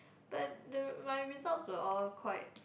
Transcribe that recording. but the my results were all quite